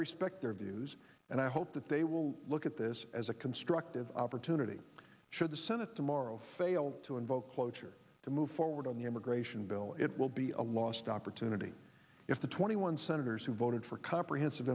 respect their views and i hope that they will look at this as a constructive opportunity should the senate tomorrow fail to invoke cloture to move forward on the immigration bill it will be a lost opportunity if the twenty one senators who voted for comprehensive